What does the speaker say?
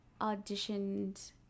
auditioned